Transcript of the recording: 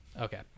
okay